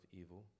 evil